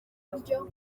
buryo